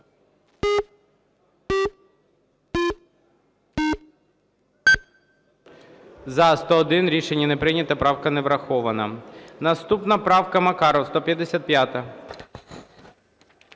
За-101 Рішення не прийнято. Правка не врахована. Наступна правка. Макаров, 155.